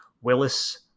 Willis